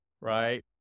right